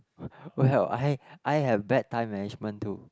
w~ well I I have bad time management too